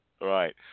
Right